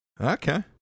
Okay